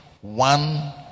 one